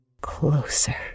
closer